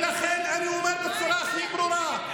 ולכן אני אומר בצורה הכי ברורה,